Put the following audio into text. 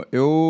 eu